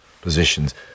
positions